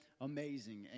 amazing